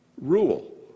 rule